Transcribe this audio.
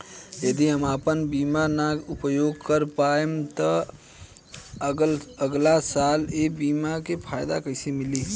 यदि हम आपन बीमा ना उपयोग कर पाएम त अगलासाल ए बीमा के फाइदा कइसे मिली?